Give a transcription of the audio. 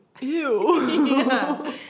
Ew